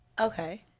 Okay